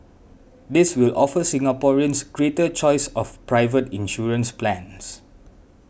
this will offer Singaporeans greater choice of private insurance plans